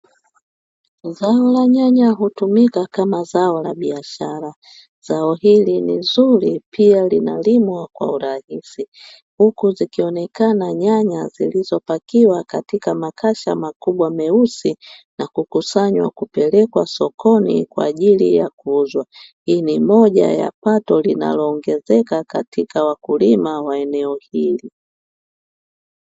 Zao la nyanya hutumika kama zao la biashara. Zao hili ni zuri pia linalimwa kiurahisi, huku zikionekana nyanya zilizopakiwa katika makasha makubwa meusi na kukusanywa kupelekwa sokoni kwa ajili ya kuuzwa. Hii ni moja ya pato linaloongezeka katika wakulima wa eneo hili.